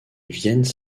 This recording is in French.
viennent